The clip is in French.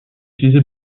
utilisé